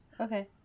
Okay